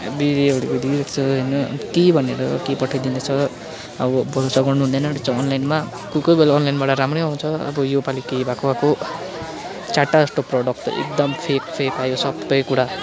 होइन के भनेर के पठाइदिन्छ अब भरोसा गर्नु हुँदैन रहेछ अनलाइनमा कोही कोही बेला अनलाइनबाट राम्रै आउँछ अब योपालि के भएको भएको चारवटा जस्तो प्रडक्ट त एकदम फेक फेक आयो सबै कुरा